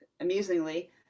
amusingly